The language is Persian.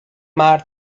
مرد